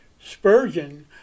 Spurgeon